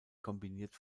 kombiniert